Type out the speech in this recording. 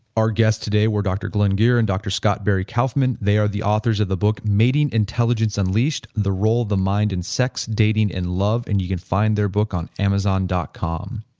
our guests today were dr. glenn geher and dr. scott berry kauffman. they are the authors of the book mating intelligence unleashed the role of the mind in sex, dating, and love. and you can find their book on amazon dot com